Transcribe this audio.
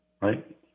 Right